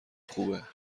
خوبه